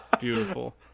Beautiful